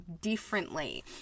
differently